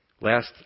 Last